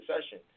session